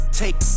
take